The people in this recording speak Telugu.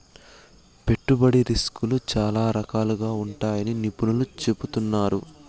పెట్టుబడి రిస్కులు చాలా రకాలుగా ఉంటాయని నిపుణులు చెబుతున్నారు